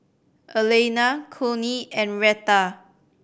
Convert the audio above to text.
Elaina Connie and Reta